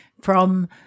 from-